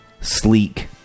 sleek